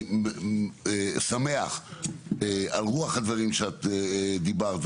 אני שמח על רוח הדברים שדיברת,